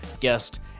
guest